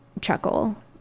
chuckle